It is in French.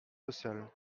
sociales